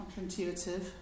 counterintuitive